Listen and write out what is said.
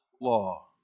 law